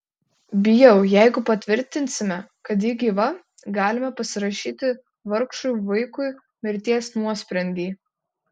bijau jeigu patvirtinsime kad ji gyva galime pasirašyti vargšui vaikui mirties nuosprendį